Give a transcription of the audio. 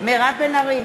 מירב בן ארי,